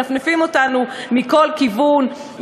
מנפנפים אותנו מכל כיוון,